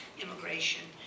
immigration